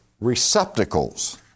receptacles